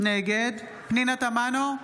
נגד פנינה תמנו,